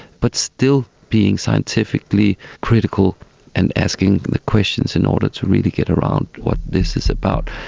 but still being scientifically critical and asking the questions in order to really get around what this is about.